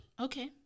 Okay